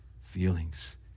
feelings